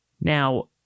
Now